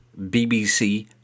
BBC